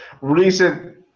recent